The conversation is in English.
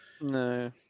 No